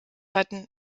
hatten